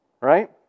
Right